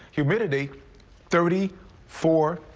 humidity thirty four.